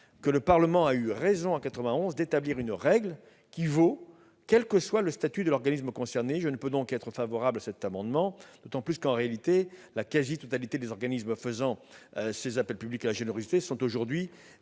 que le Parlement a eu raison en 1991 d'établir une règle qui vaut quel que soit le statut de l'organisme concerné. Je ne puis donc pas être favorable à cet amendement, d'autant plus que, en réalité, les organismes faisant ces appels publics à la générosité sont aujourd'hui